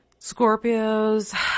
Scorpios